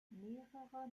mehrere